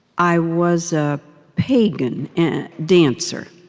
i was a pagan dancer.